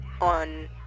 on